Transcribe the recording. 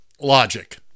logic